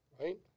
Right